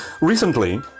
Recently